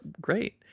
great